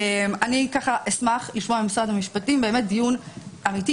אשמח לשמוע ממשרד המשפטים דיון אמיתי